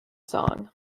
song